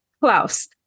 Klaus